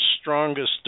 strongest